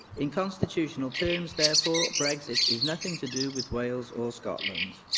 in constitutional terms, therefore, brexit is nothing to do with wales or scotland.